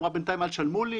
אמרה: בינתיים אל תשלמו לי,